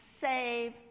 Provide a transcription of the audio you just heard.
save